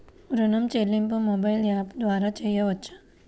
ఋణం చెల్లింపు మొబైల్ యాప్ల ద్వార చేయవచ్చా?